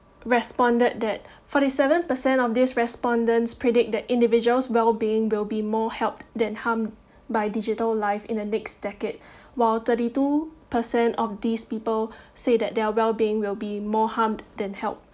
responded that forty seven percent of this respondents predict that individual's well-being will be more help than harm by digital life in the next decade while thirty two percent of these people say that their well being will be more harm than help